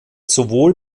sowohl